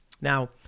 Now